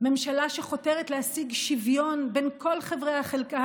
ממשלה שחותרת להשיג שוויון בין כל חלקי